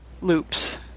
loops